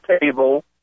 table